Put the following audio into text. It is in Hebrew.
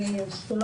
תודה.